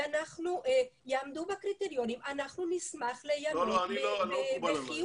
יעמדו בקריטריונים ואנחנו נשמח להיענות בחיוב.